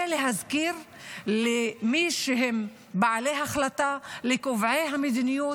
כדי להזכיר למי שהם בעלי ההחלטה, לקובעי המדיניות,